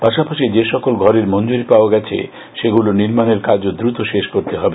পাশাপাশি যে সকল ঘরের মঞ্জুরি পাওয়া গেছে সেগুলোর নির্মানের কাজও দ্রুত শেষ করতে হবে